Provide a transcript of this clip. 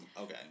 Okay